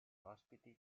ospiti